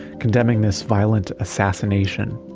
condemning this violent assassination.